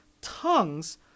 Tongues